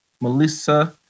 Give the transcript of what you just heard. Melissa